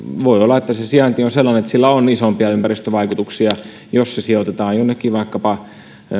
voi olla että se sijainti on sellainen että sillä on isompia ympäristövaikutuksia jos se sijoitetaan vaikkapa jonnekin